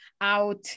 out